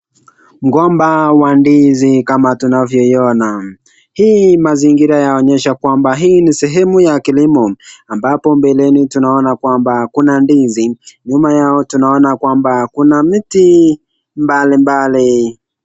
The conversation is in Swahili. Mgomba wa ndizi kama tunavyoiona. Hii mazingira yaonyesha kwamba hii ni sehemu ya kilimo ambapo mbeleni tunaona kwamba kuna ndizi, nyuma yao tunaona kwamba kuna miti mbalimbali.